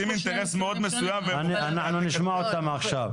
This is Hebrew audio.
עכשיו נשמע אותה.